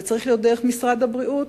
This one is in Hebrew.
זה צריך להיות דרך משרד הבריאות,